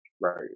right